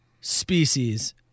species